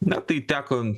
na tai teko